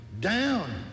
down